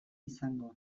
izango